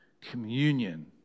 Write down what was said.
communion